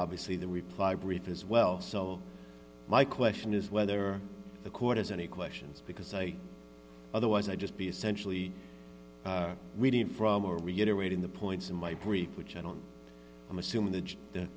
obviously the reply brief as well so my question is whether the court has any questions because i otherwise i'd just be essentially reading from a reiterating the points in my brief which i don't i'm assuming that the